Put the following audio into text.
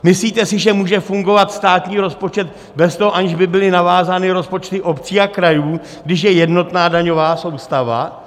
Myslíte si, že může fungovat státní rozpočet bez toho, aniž by byly navázány rozpočty obcí a krajů, když je jednotná daňová soustava?